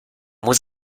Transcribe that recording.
muss